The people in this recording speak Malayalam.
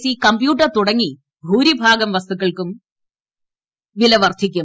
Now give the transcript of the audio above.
സി കമ്പ്യൂട്ടർ തുടങ്ങി ഭൂരിഭാഗം വസ്തുക്കൾക്കും വില വർദ്ധിക്കും